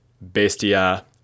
bestia